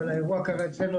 אבל האירוע קרה אצלנו,